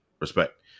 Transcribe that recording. respect